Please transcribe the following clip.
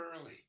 early